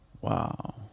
Wow